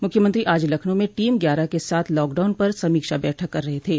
मुख्यमंत्री आज लखनऊ में टीम ग्यारह के साथ लॉकडाउन पर समीक्षा बैठक कर रहे थे